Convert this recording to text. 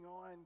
on